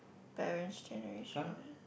parents generation ah